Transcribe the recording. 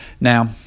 Now